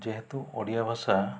ଯେହେତୁ ଓଡ଼ିଆ ଭାଷା